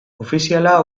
ofiziala